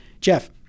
Jeff